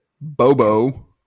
Bobo